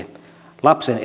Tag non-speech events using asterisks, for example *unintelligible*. lapsen *unintelligible*